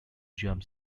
jump